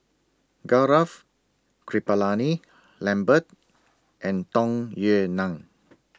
Gaurav Kripalani Lambert and Tung Yue Nang